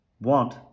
want